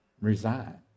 resign